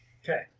Okay